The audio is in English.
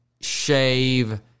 shave